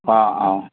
অঁ অঁ